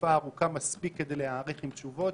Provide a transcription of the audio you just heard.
תקופה ארוכה מספיק כדי להיערך עם תשובות,